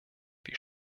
wir